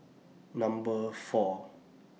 Number four